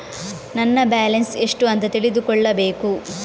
ನನ್ನ ಬ್ಯಾಲೆನ್ಸ್ ಎಷ್ಟು ಅಂತ ತಿಳಿದುಕೊಳ್ಳಬೇಕು?